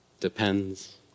depends